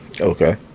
okay